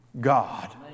God